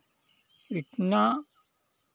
इतना